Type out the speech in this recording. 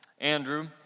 Andrew